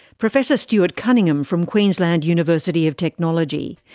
professor stuart cunningham from queensland university of technology.